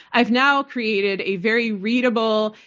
i've now created a very readable,